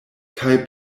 kaj